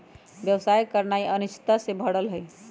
व्यवसाय करनाइ अनिश्चितता से भरल हइ